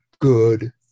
good